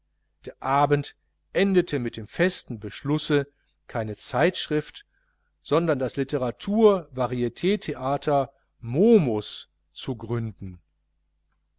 der abend endete mit dem festen beschlusse keine zeitschrift sondern das literatur varit theater momus zu gründen